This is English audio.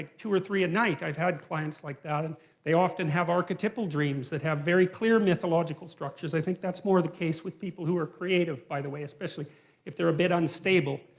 two or three a night. i've had clients like that. and they often have archetypal dreams that have very clear mythological structures. i think that's more the case with people who are creative, by the way, especially if they're a bit unstable,